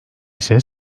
ise